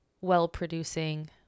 well-producing